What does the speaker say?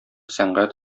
сәнгать